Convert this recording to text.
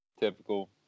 typical